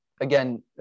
again